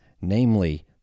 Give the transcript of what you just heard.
namely